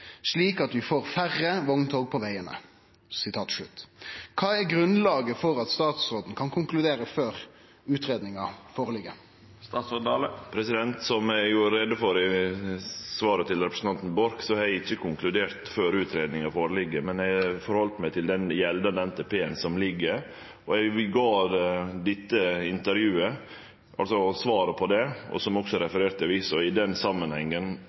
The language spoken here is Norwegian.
slik at vi får færre vogntog på veiene.» Hva er grunnlaget for at statsråden kan konkludere før utredningen foreligger?» Som eg gjorde greie for i svaret til representanten Borch, har eg ikkje konkludert før utgreiinga ligg føre. Eg har halde meg til den gjeldande NTP-en. Eg gav dette intervjuet, og svaret, som også er referert i avisa i den